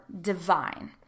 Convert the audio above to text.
divine